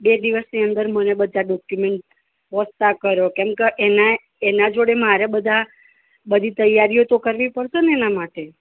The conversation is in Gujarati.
બે દિવસની અંદર મને બધા ડોકયુમેંટ પહોંચતા કરો કેમ કે એના એના જોડે મારે બધા બધી તૈયારીઓ તો કરવી પડશે ને એના માટે